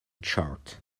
chart